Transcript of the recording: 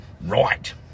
Right